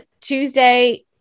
tuesday